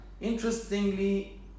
Interestingly